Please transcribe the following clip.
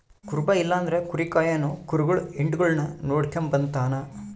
ಕುರುಬ ಇಲ್ಲಂದ್ರ ಕುರಿ ಕಾಯೋನು ಕುರಿಗುಳ್ ಹಿಂಡುಗುಳ್ನ ನೋಡಿಕೆಂಬತಾನ